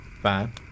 Fine